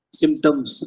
symptoms